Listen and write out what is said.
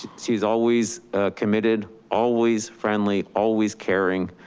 she's always committed, always friendly, always caring